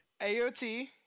AOT